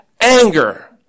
anger